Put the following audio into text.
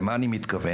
למה אני מתכוון?